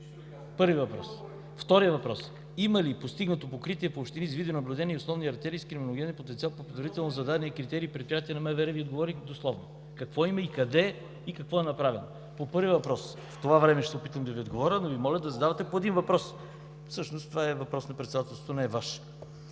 РАДЕВ: На втория въпрос: „Има ли постигнато покритие по общини с видеонаблюдение и основни артерии с криминогенен потенциал по предварително зададени критерии, и предприятия на МВР?“ Ви отговорих дословно, и какво има, къде и какво е направено. По първия въпрос в това време ще се опитам да Ви отговоря, но Ви моля да задавате по един въпрос. Всъщност това е въпрос на Председателството, а не е Ваш.